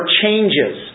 changes